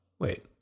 Wait